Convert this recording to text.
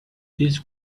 this